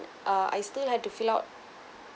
uh I still had to fill out